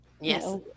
Yes